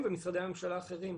הם ומשרדי הממשלה האחרים.